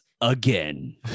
again